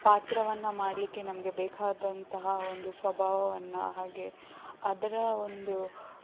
ಪಾತ್ರವನ್ನು ಮಾಡಲಿಕ್ಕೆ ನಮಗೆ ಬೇಕಾದಂತಹ ಒಂದು ಸ್ವಭಾವವನ್ನು ಹಾಗೆ ಅದರ ಒಂದು